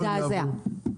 מזעזע.